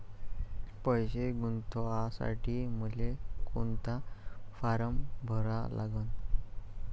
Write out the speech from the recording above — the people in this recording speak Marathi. पैसे गुंतवासाठी मले कोंता फारम भरा लागन?